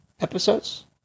episodes